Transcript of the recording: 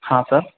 हाँ सर